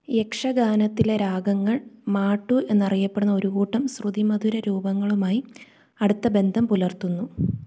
യക്ഷഗാനത്തിലെ രാഗങ്ങൾ മാട്ടു എന്നറിയപ്പെടുന്ന ഒരു കൂട്ടം ശ്രുതിമധുര രൂപങ്ങളുമായി അടുത്ത ബന്ധം പുലർത്തുന്നു